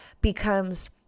becomes